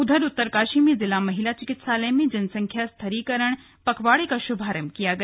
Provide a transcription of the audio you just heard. उधर उत्तरकाशी में जिला महिला चिकित्सालय में जनसंख्या स्थिरीकरण पखवाड़े का श्भारंभ किया गया